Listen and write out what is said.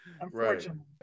unfortunately